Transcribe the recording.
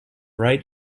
right